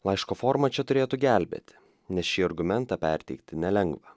laiško forma čia turėtų gelbėti nes šį argumentą perteikti nelengva